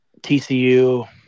TCU